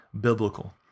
biblical